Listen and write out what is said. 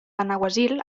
benaguasil